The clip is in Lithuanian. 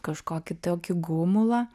kažkokį tokį gumulą